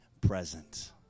present